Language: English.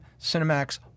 Cinemax